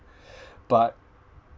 but